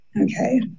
Okay